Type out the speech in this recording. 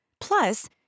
Plus